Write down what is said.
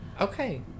Okay